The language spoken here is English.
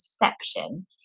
perception